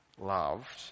loved